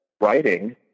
writing